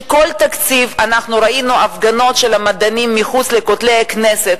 שכל תקציב אנחנו ראינו מחוץ לכותלי הכנסת